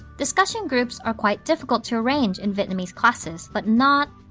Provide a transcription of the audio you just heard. discussion groups are quite difficult to arrange in vietnamese classes but, not.